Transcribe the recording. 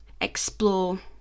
explore